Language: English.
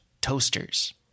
toasters